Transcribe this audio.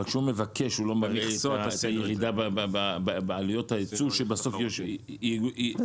את הירידה בעלויות היצור שבסוף- -- אתה